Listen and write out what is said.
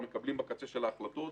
מקבלים בקצה שלה החלטות.